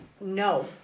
no